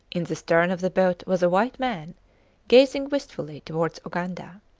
in the stern of the boat was a white man gazing wistfully towards uganda.